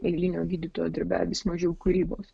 eilinio gydytojo darbe vis mažiau kūrybos